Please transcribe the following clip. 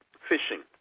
fishing